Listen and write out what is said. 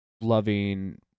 loving